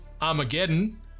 armageddon